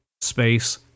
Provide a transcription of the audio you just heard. space